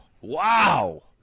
Wow